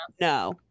No